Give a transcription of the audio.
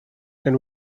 and